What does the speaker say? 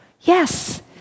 Yes